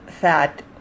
fat